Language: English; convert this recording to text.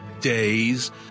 days